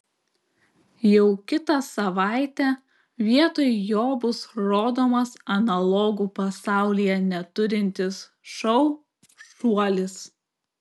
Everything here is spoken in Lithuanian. jau kitą savaitę vietoj jo bus rodomas analogų pasaulyje neturintis šou šuolis